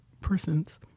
persons